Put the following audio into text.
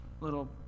little